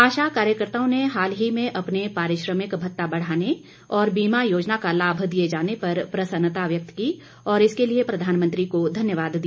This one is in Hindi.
आशा कार्यकर्ताओं ने हाल ही में अपने पारिश्रमिक भत्ता बढ़ाने और बीमा योजना का लाभ दिये जाने पर प्रसन्नता व्यक्त की और इसके लिए प्रधानमंत्री को धन्यवाद दिया